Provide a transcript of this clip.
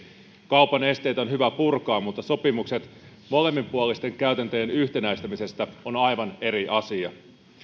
kaupan esteitä on hyvä purkaa mutta sopimukset molemminpuolisten käytäntöjen yhtenäistämisestä on on aivan eri asia